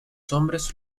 hombres